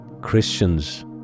Christians